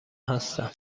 هستم